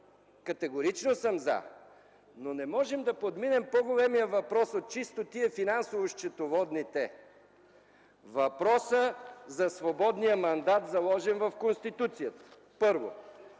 Категорично съм „за”! Но не можем да подминем по-големия въпрос от чисто финансово счетоводните – въпросът за свободния мандат, заложен в Конституцията, първо.